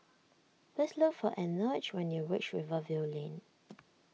please look for Enoch when you reach Rivervale Lane